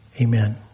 amen